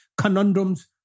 conundrums